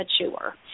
mature